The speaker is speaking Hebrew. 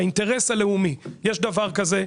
האינטרס הלאומי יש דבר כזה,